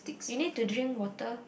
you need to drink water